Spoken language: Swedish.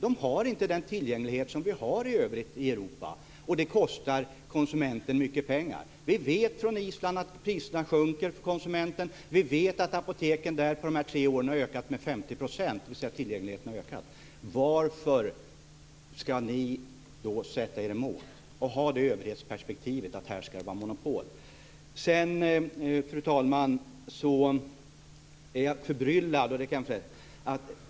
De har inte den tillgänglighet som vi har i övrigt i Europa, och det kostar konsumenten mycket pengar. Vi vet från Island att priserna för konsumenten sjunker. Vi vet att apotekens tillgänglighet har ökat med 50 %. Varför ska ni då sätta er emot och ha det här överhetsperspektivet; här ska det vara monopol. Sedan, fru talman, är jag förbryllad.